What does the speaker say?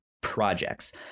projects